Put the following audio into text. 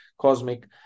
COSMIC